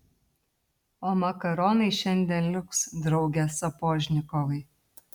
o makaronai šiandien liuks drauge sapožnikovai